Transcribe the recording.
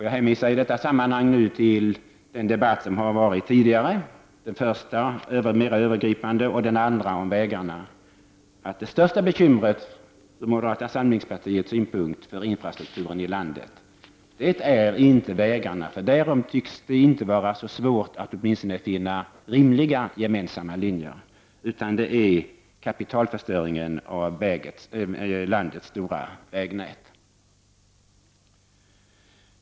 Jag hänvisar i detta sammanhang till den debatt som tidigare har förts här, först om mera övergripande frågor och sedan om vägarna. Det största bekymret, som vi ser det, när det gäller landets infrastruktur är inte järnvägarna, för i det avseendet tycks det inte vara särskilt svårt att finna åtminstone rimliga gemensamma linjer. Det största bekymret är i stället kapitalförstöringen i fråga om landets stora vägnät.